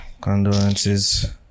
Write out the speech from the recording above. condolences